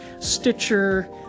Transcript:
Stitcher